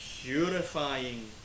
Purifying